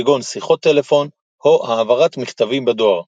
כגון שיחות טלפון או העברת מכתבים בדואר.